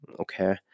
okay